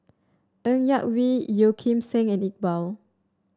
Ng Yak Whee Yeoh Ghim Seng and Iqbal